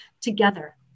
together